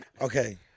okay